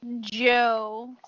joe